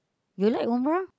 you like Umrah